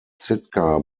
sitka